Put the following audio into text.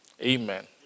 Amen